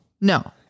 No